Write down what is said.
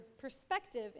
perspective